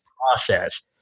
process